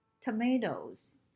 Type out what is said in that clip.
tomatoes